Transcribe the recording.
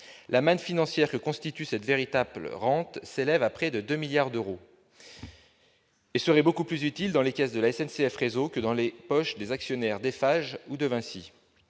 La manne financière que constitue cette véritable rente s'élève à près de 2 milliards d'euros et serait beaucoup plus utile dans les caisses de SNCF Réseau que dans les poches des actionnaires d'Eiffage ou de Vinci.